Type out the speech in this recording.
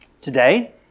Today